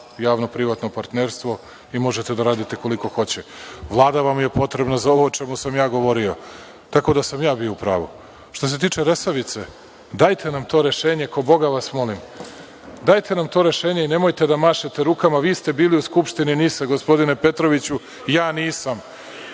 Javno privatno partnerstvo i možete da radite koliko hoćete. Vlada vam je potrebna za ovo o čemu sam ja govorio, tako da sam ja bio u pravu. Što se tiče Resavice, dajte nam to rešenje, ko Boga vas molim. Dajte nam to rešenje i nemojte da mašete rukama, vi ste bili u Skupštini NIS-a gospodine Petroviću, ja nisam.(Dušan